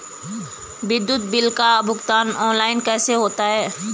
विद्युत बिल का भुगतान ऑनलाइन कैसे होता है?